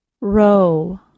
Row